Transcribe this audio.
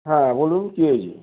হ্যাঁ বলুন কি হয়েছে